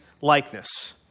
likeness